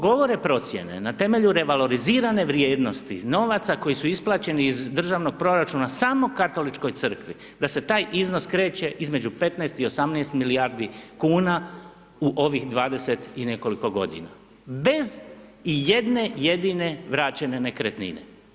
Govore procjene na temelju revalorizirane vrijednosti novaca koji su isplaćeni iz državnog proračuna samo Katoličkoj crkvi da se taj iznos kreće između 15 i 18 milijardi kuna u ovih 20 i nekoliko godina bez ijedne jedine vraćene nekretnine.